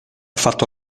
fatto